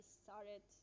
started